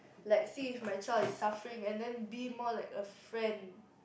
like see if my child is suffering and then be more like a friend